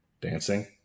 dancing